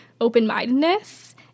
open-mindedness